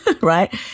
Right